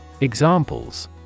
Examples